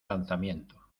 lanzamiento